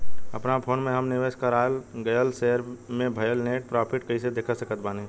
अपना फोन मे हम निवेश कराल गएल शेयर मे भएल नेट प्रॉफ़िट कइसे देख सकत बानी?